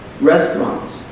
Restaurants